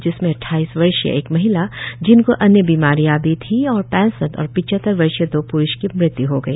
जिसमें अट्ठाईस वर्षीय एक महिला जिनको अन्य बीमारियां भी थी और पैसठ और पिचहत्तर वर्षीय दो पुरुष की मृत्यु हो गई